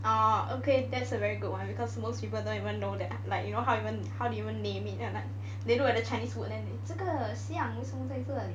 oh okay that's a very good one because most people don't even know that like you know how do you even name it like they look at the chinese wood then they 这个象为什么在这里